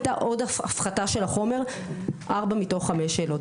הייתה עוד הפחתה של החומר ארבע מתוך חמש שאלות.